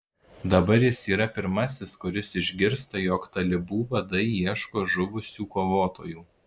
dabar jis yra pirmasis kuris išgirsta jog talibų vadai ieško žuvusių kovotojų